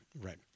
Right